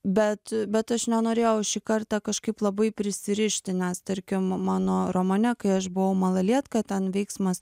bet bet aš nenorėjau šį kartą kažkaip labai prisirišti nes tarkim mano romane kai aš buvau malalietka ten veiksmas